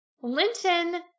Linton